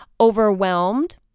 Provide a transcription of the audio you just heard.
overwhelmed